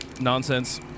nonsense